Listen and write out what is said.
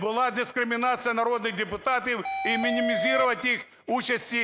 була дискримінація народних депутатів і мінімізувати їх участь